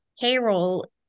payroll